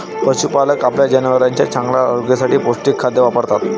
पशुपालक आपल्या जनावरांच्या चांगल्या आरोग्यासाठी पौष्टिक खाद्य वापरतात